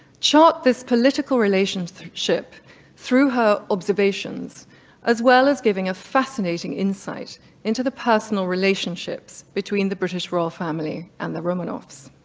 chart this political relationship through her observations as well as giving a fascinating insight into the personal relationships between the british royal family and the romanovs.